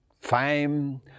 Fame